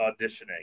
auditioning